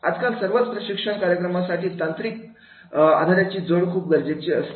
आजकाल सर्वच प्रशिक्षण कार्यक्रमांसाठी तंत्रज्ञानाची जोड खूप गरजेची असते